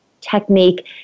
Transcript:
technique